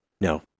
No